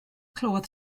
clywodd